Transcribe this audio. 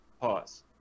Pause